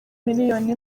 miliyoni